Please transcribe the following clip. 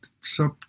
sub